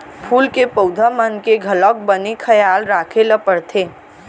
फूल के पउधा मन के घलौक बने खयाल राखे ल परथे